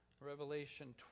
Revelation